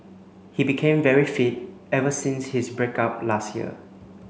he became very fit ever since his break up last year